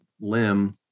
limb